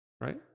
Right